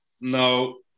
No